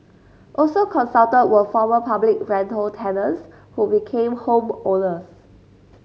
also consulted were former public rental tenants who became home owners